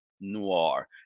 Noir